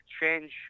change